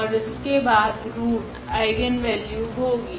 ओर इसके root eigenvalue होगी